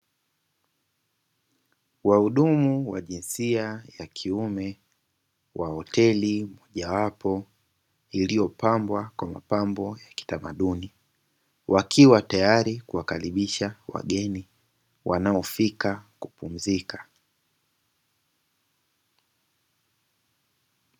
Wahudumu wa jinsia ya kiume wa hoteli mojawapo iliyopambwa kwa mapambo ya kitamaduni, wakiwa tayari kupokea wageni wanaofika kupumzika.